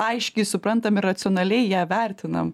aiškiai suprantam ir racionaliai ją vertinam